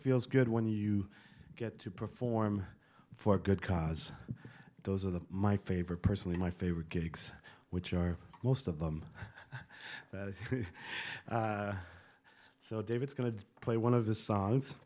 feels good when you get to perform for a good cause those are the my favorite personally my favorite gigs which are most of them so they've it's going to play one of the s